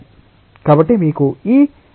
కాబట్టి మీకు ఈ y ఆక్సిస్ వంటి x ఆక్సిస్ ఉంది